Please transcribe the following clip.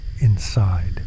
inside